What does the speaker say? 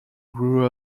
grew